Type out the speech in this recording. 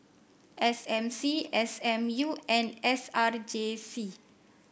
S M C S M U and S R J C